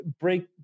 break